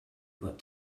but